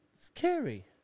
scary